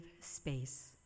space